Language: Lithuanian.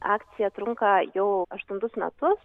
akcija trunka jau aštuntus metus